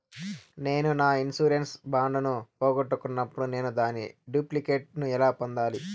నేను నా insurance bond ను పోగొట్టుకున్నప్పుడు నేను దాని డూప్లికేట్ ను ఎలా పొందాలి?